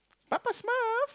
Papa-Smurf